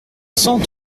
cent